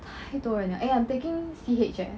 太多人了 eh I taking C_H eh